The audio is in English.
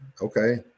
Okay